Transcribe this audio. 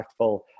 impactful